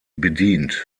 bedient